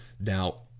Now